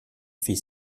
fit